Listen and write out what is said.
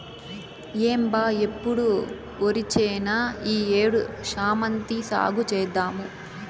ఏం బా ఎప్పుడు ఒరిచేనేనా ఈ ఏడు శామంతి సాగు చేద్దాము